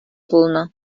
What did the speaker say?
пулнӑ